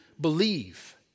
believe